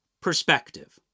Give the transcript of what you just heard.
perspective